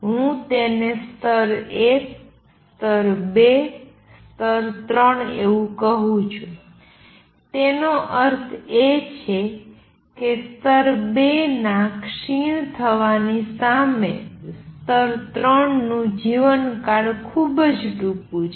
હું તેને હવે સ્તર ૧ સ્તર ૨ સ્તર 3 એવું કહું છુ તેનો અર્થ એ છે કે સ્તર ૨ ના ક્ષીણ થવાની સામે સ્તર 3 નું જીવનકાળ ખુબજ ટૂંકું છે